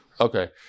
Okay